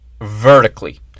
vertically